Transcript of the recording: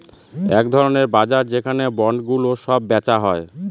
এক ধরনের বাজার যেখানে বন্ডগুলো সব বেচা হয়